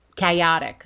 chaotic